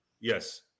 Yes